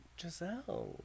Giselle